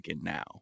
now